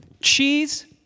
Cheese